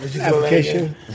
Application